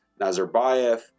Nazarbayev